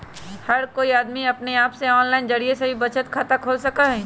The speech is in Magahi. हर कोई अमदी अपने आप से आनलाइन जरिये से भी बचत खाता खोल सका हई